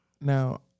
Now